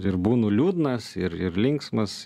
ir būnu liūdnas ir ir linksmas